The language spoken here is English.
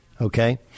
okay